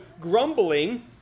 grumbling